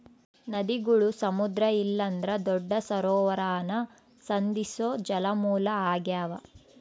ನದಿಗುಳು ಸಮುದ್ರ ಇಲ್ಲಂದ್ರ ದೊಡ್ಡ ಸರೋವರಾನ ಸಂಧಿಸೋ ಜಲಮೂಲ ಆಗ್ಯಾವ